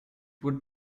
would